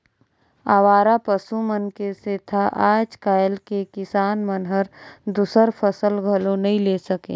अवारा पसु मन के सेंथा आज कायल के किसान मन हर दूसर फसल घलो नई ले सके